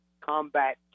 combat